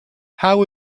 how